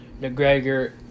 McGregor